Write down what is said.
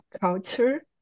culture